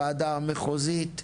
ועדה מחוזית,